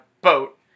boat